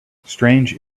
strange